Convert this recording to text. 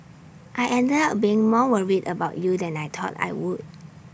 I ended up being more worried about you than I thought I would